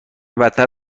بدتر